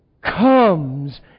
comes